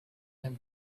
them